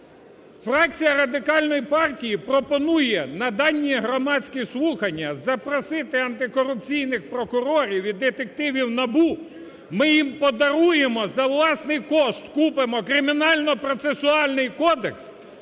Фракція Радикальної партії пропонує на дані громадські слухання запросити антикорупційних прокурорів і детективів НАБУ. Ми їм подаруємо, за власний кошт купимо Кримінально-процесуальний кодекс